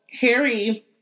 Harry